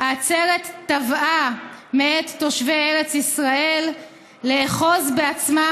העצרת תבעה מאת תושבי ארץ ישראל לאחוז בעצמם